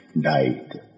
died